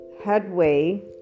headway